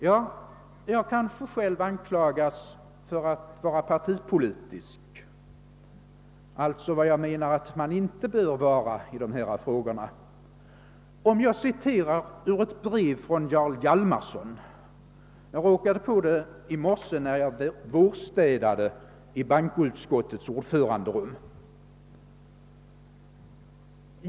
Ja, jag kanske själv anklagas för att vara partipolitisk — alltså vad jag menar att man inte bör vara i dessa frågor — om jag citerar ur ett brev från Jarl Hjalmarson; jag råkade på det i morse när jag vårstädade i bankoutskottets ordföranderum.